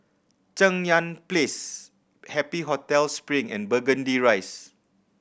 Cheng Yan Place Happy Hotel Spring and Burgundy Rise